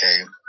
Okay